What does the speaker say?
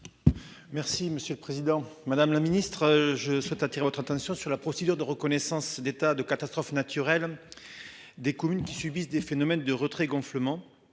Merci monsieur le président, madame la ministre je souhaite attirer votre attention sur la procédure de reconnaissance d'état de catastrophe naturelle. Des communes qui subissent des phénomènes de retrait gonflement